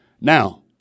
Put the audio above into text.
Now